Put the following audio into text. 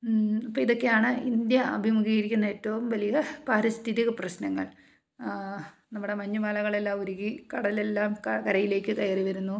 ഇപ്പോൾ ഇതൊക്കെയാണ് ഇന്ത്യ അഭിമുഖീകരിക്കുന്ന ഏറ്റവും വലിയ പാരിസ്ഥിതിക പ്രശ്നങ്ങൾ നമ്മുടെ മഞ്ഞുമലകളെല്ലാം ഉരുകി കടലെല്ലാം കരയിലേക്ക് കയറി വരുന്നു